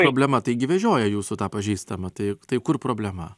problema taigi vežioja jūsų tą pažįstamą tai tai kur problema